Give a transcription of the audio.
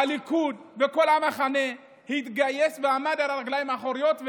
הליכוד וכל המחנה התגייס ועמד על הרגליים האחוריות,